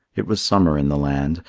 it was summer in the land,